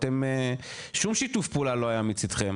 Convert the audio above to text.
אתם שום שיתוף פעולה לא היה מצדכם,